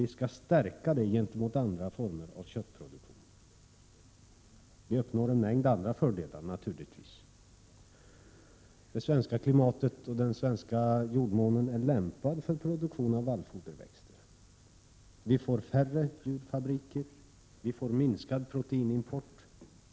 Vi skall stärka det gentemot andra former av köttproduktion. Vi uppnår naturligtvis också en mängd andra fördelar. Det svenska klimatet och den svenska jordmånen är lämpade för produktion av vallfoderväxter. Vi får färre djurfabriker och minskad proteinimport.